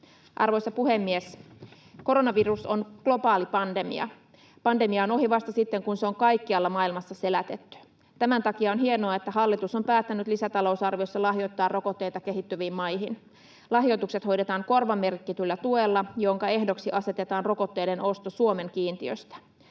Arvoisa puhemies! Koronavirus on globaali pandemia. Pandemia on ohi vasta sitten, kun se on kaikkialla maailmassa selätetty. Tämän takia on hienoa, että hallitus on päättänyt lisätalousarviossa lahjoittaa rokotteita kehittyviin maihin. Lahjoitukset hoidetaan korvamerkityllä tuella, jonka ehdoksi asetetaan rokotteiden osto Suomen kiintiöstä.